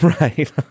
Right